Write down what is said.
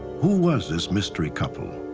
who was this mystery couple?